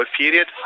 period